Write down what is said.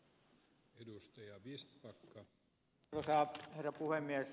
arvoisa herra puhemies